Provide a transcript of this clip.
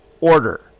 order